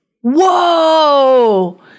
Whoa